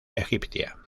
egipcia